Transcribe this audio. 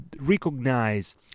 recognize